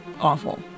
awful